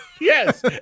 Yes